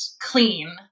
clean